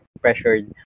pressured